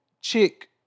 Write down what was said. chick